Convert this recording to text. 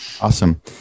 Awesome